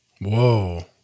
Whoa